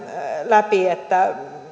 läpi